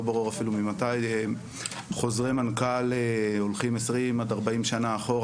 ברור אפילו ממתי חוזרי מנכ"ל הולכים 20 עד 40 שנה אחורה,